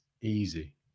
easy